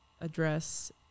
address